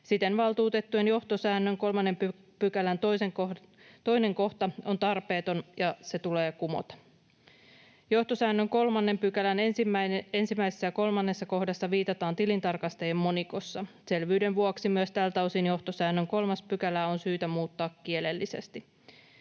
Siten valtuutettujen johtosäännön 3 §:n 2 kohta on tarpeeton, ja se tulee kumota. Johtosäännön 3 §:n 1 ja 3 kohdassa viitataan tilintarkastajiin monikossa. Selvyyden vuoksi myös tältä osin johtosäännön 3 §:ää on syytä muuttaa kielellisesti.